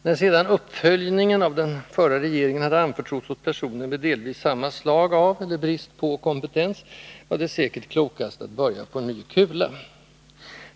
När sedan ”uppföljningen” av den förra regeringen hade anförtrotts åt personer med delvis samma slag av — eller brist på — kompetens var det säkert klokast att börja på nya kula.